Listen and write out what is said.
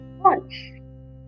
one